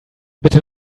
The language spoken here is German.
bitte